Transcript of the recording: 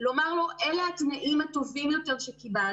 ולומר לו: אלה התנאים הטובים יותר שקיבלנו,